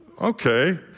Okay